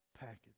package